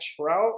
Trout